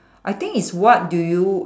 I think is what do you